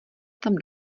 tam